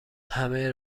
همه